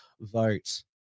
vote